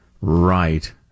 right